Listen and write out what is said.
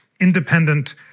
independent